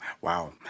Wow